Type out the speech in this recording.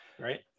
Right